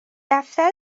دفتر